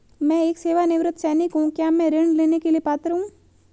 मैं एक सेवानिवृत्त सैनिक हूँ क्या मैं ऋण लेने के लिए पात्र हूँ?